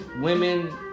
women